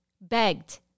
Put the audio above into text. Begged